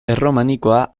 erromanikoa